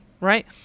right